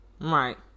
Right